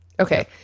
Okay